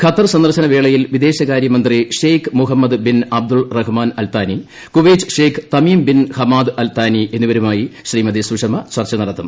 Qatar സന്ദർശന വേളയിൽ വിദേശകാര്യമന്ത്രി Sheikh Mohammed bin Abdul Rahman Al Thani Kuwait Sheikh Tamim bin Hamad Al Thani എന്നിവരുമായി ശ്രീമതി സുഷമ ചർച്ച നടത്തും